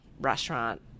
restaurant